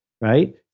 right